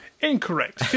Incorrect